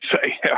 say